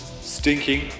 stinking